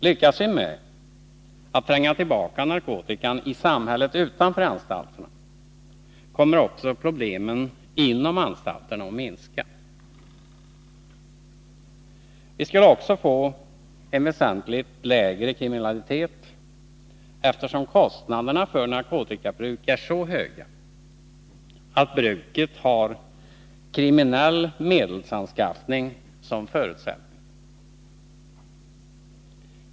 Lyckas vi med att tränga tillbaka narkotikan i samhället utanför anstalterna, kommer också problemen inom anstalterna att minska. Vi skulle också få en väsentligt lägre kriminalitet, eftersom kostnaderna för narkotikabruk är så höga att bruket har kriminell medelsanskaffning som förutsättning.